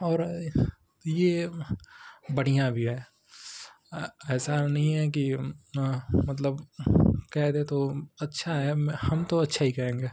और ये बढ़ियाँ भी है ऐसा नहीं है कि मतलब कह दे तो अच्छा हीं कहेंगे